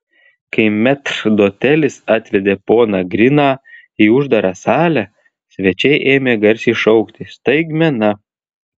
kai metrdotelis atvedė poną griną į uždarą salę svečiai ėmė garsiai šaukti staigmena